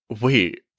Wait